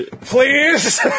please